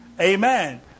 Amen